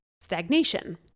stagnation